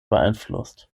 beeinflusst